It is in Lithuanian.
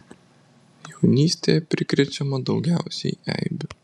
jaunystėje prikrečiama daugiausiai eibių